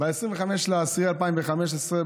ב-25 באוקטובר 2015,